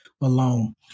alone